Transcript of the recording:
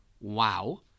wow